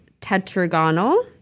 tetragonal